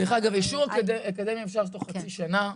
דרך אגב, אישור אקדמי אפשר להוציא תוך חצי שנה.